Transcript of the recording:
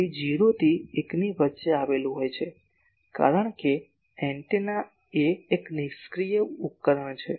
તે 0 થી 1 ની વચ્ચે આવેલું છે કારણ કે એન્ટેના એ એક નિષ્ક્રિય ઉપકરણ છે